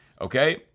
okay